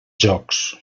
jocs